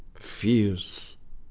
fears.